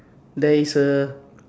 there is a